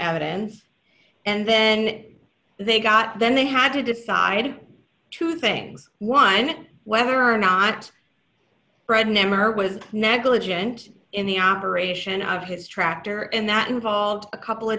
evidence and then they got then they had to decide two things one whether or not fred never was negligent in the operation of his tractor and that involved a couple of